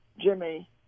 Jimmy